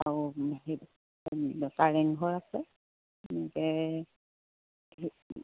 আৰু সেই কাৰেংঘৰ আছে এনেকৈ